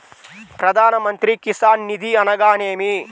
ప్రధాన మంత్రి కిసాన్ నిధి అనగా నేమి?